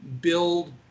build